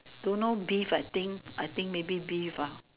don't know beef I think I think maybe beef uh